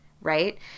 right